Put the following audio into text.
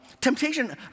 Temptation